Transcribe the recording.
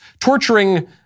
torturing